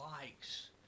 likes